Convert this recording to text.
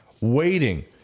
Waiting